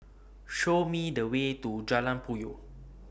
Show Me The Way to Jalan Puyoh